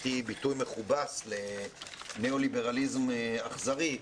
מבחינתי ביטוי מכובס לניאו ליברליזם אכזרי,